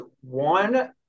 one